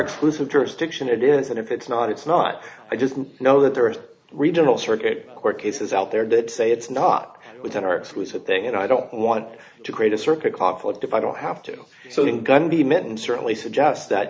exclusive jurisdiction it is and if it's not it's not i just know that there are regional circuit court cases out there that say it's not within our exclusive thing and i don't want to create a circuit pocket if i don't have to do so in gundy mitten certainly suggests that